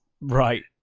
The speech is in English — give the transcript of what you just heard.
Right